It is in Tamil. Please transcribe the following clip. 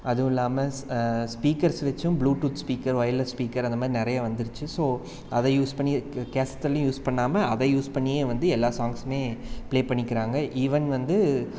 அதுவும் இல்லாமல் ஸ்பீக்கர்ஸ் வச்சும் ப்ளூடூத் ஸ்பீக்கர் ஒயர்லஸ் ஸ்பீக்கர் அந்த மாதிரி நிறைய வந்துருச்சு ஸோ அதை யூஸ் பண்ணி கேஸட்டெல்லாம் யூஸ் பண்ணாமல் அதை யூஸ் பண்ணியே வந்து எல்லா சாங்ஸுமே ப்ளே பண்ணிக்கிறாங்க ஈவென் வந்து